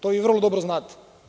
To vi vrlo dobro znate.